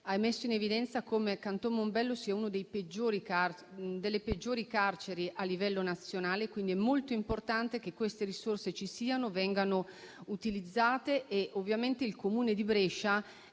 ha messo in evidenza come quella di Canton Mombello sia una delle peggiori carceri a livello nazionale. Quindi, è molto importante che le risorse ci siano e vengano utilizzate. Ovviamente il Comune di Brescia